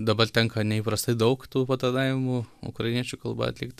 dabar tenka neįprastai daug tų patarnavimų ukrainiečių kalba atlikt